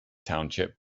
township